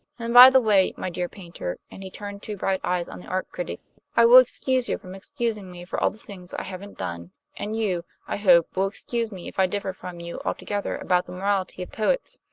and, by the way, my dear paynter and he turned two bright eyes on the art critic i will excuse you from excusing me for all the things i haven't done and you, i hope, will excuse me if i differ from you altogether about the morality of poets.